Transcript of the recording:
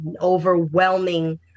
overwhelming